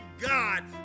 god